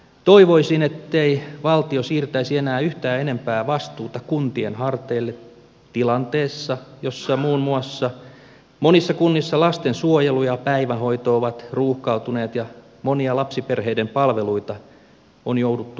toivoisin ettei valtio siirtäisi enää yhtään enempää vastuuta kuntien harteille tilanteessa jossa muun muassa monissa kunnissa lastensuojelu ja päivähoito ovat ruuhkautuneet ja monia lapsiperheiden palveluita on jouduttu leikkaamaan